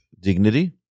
dignity